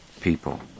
people